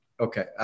Okay